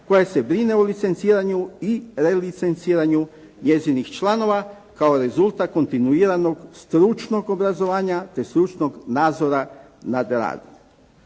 koja se brine o licenciranju i relicenciranju njezinih članova kao rezultat kontinuiranog stručnog obrazovanja te stručnog nadzora nad radom.